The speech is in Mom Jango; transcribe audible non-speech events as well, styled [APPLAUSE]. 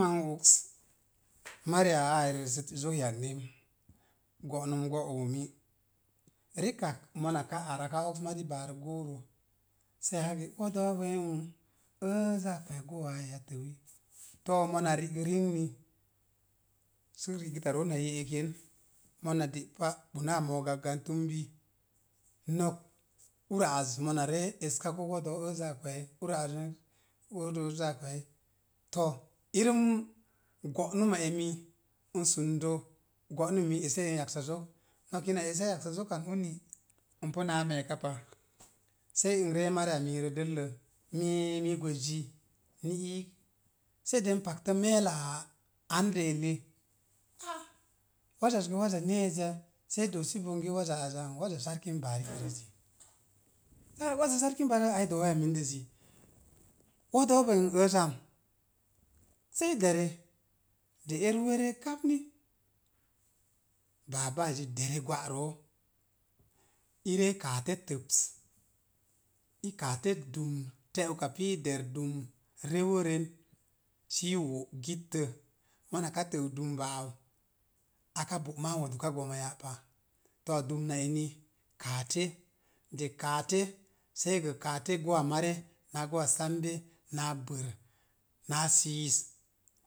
[UNINTELLIGIBLE] mariya áá eri zi zog yag nem go num go omi rikak mona ka ar aka oks mari barək gouro sə aka gee wodo ee záá kwe̱e̱ gou áá ai zomo a te̱wi to mona rigək rimini sə rigətta root na ye'ek yenzi mona de'pa ɓunaa mo̱o̱k gak gan tumbi. Nok ura az mona ree eska gou wodo̱ zám a kwəəi. Ura az ri n wodo̱ zaa kwe̱e̱i to̱ irəm go'numa eni n sundo gonummi ese en yaksa zok. Nok ina ese yaksa zokan uni, npu náá me̱e̱ka pa. Sei n ree mariya mii rəirə dəllə, mii gwezzi ni iik. Sei de n paktə meela andə eli á á waza az gə waza nezzya? Sei doosi bonge waza sarkin bariki rəzzi waza sarkin bariki ai do̱o̱wiya mindəzzi. Wooodo bo n eezam sei dera de ee rúú e réé ka'p ni baabazzi dere gwa'roo iree i kaate teps i kaate dumn, te'uka pii ider dumn rewəren sə i wo'gittə. Mona ka təu dumba au aka bo'máám haa wodu ká goma ya'pa too dumna eni kaate de kaate sei gə kaate gowa marei naa gə gowa sambe aa be̱r naa siis.